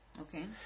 Okay